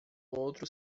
outros